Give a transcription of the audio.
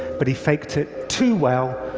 but he faked it too well,